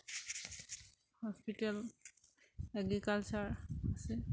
hospital agriculture আছে